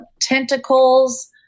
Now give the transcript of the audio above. tentacles